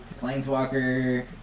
Planeswalker